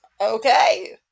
Okay